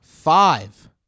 Five